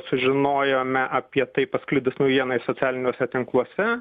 sužinojome apie tai pasklidus naujienai socialiniuose tinkluose